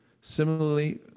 Similarly